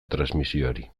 transmisioari